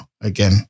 again